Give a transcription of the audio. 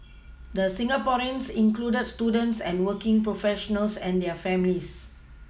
the Singaporeans included students and working professionals and their families